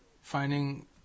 finding